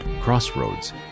Crossroads